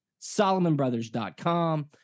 SolomonBrothers.com